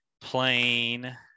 plain